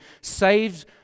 saved